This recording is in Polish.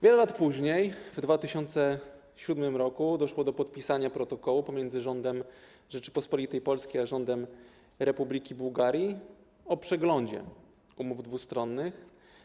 Wiele lat później, w 2007 r., doszło do podpisania protokołu pomiędzy Rządem Rzeczypospolitej Polskiej a Rządem Republiki Bułgarii o przeglądzie umów dwustronnych.